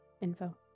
info